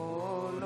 הקהל